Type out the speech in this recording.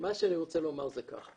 מה שאני רוצה לומר זה ככה,